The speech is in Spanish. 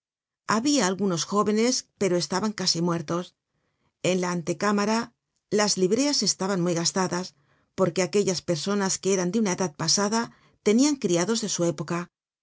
habia algunos jóvenes pero estaban casi muertos en la antecámara las libreas estaban muy gastadas porque aquellas personas que eran de una edad pasada tenian criados de su época